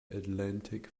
atlantic